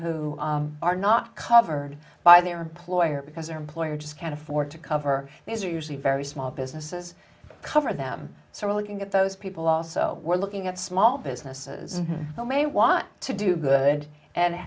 who are not covered by their employer because their employer just can't afford to cover these are usually very small businesses cover them so will you get those people also we're looking at small businesses that may want to do good and